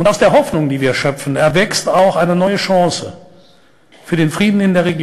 ומתוך התקווה שבנינו גם יש סיכוי חדש לשלום באזור.